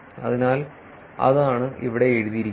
അതിനാൽ അതാണ് ഇവിടെ എഴുതിയിരിക്കുന്നത്